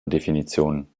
definition